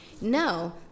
No